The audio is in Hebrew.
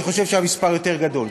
אני חושב שהמספר יותר גדול.